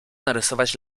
narysować